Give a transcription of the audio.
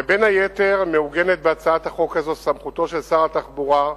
ובין היתר מעוגנת בהצעת החוק הזאת סמכותו של שר התחבורה,